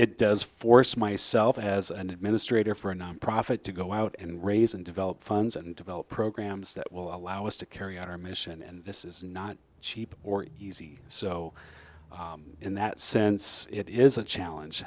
it does force myself as an administrator for a nonprofit to go out and raise and develop funds and develop programs that will allow us to carry out our mission and this is not cheap or easy so in that sense it is a challenge